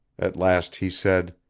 at last he said